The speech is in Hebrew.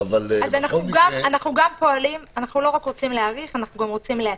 אנחנו לא רק רוצים להאריך, אנחנו רוצים גם לעדכן.